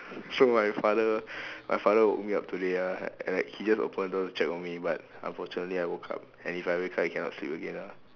so my father my father woke me up today ah and like he just open the door to check on me but unfortunately I woke up and if I wake up I cannot sleep again ah